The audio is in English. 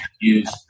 use